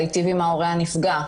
להיטיב עם ההורה הנפגע.